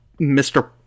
Mr